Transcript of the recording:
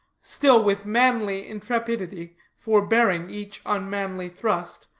still with manly intrepidity forbearing each unmanly thrust,